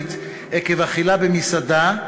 אלרגית עקב אכילה במסעדה,